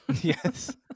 Yes